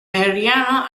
mariana